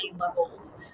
levels